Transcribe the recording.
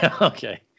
okay